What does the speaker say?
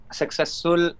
successful